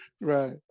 right